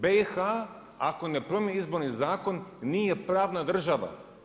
BIH ako ne promijeni izborni zakon nije pravna država.